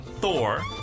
Thor